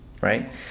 right